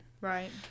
right